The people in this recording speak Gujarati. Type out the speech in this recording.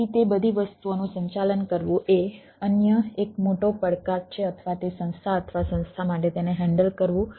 તેથી તે બધી વસ્તુઓનું સંચાલન કરવું એ અન્ય એક મોટો પડકાર છે અથવા તે સંસ્થા અથવા સંસ્થા માટે તેને હેન્ડલ કરવું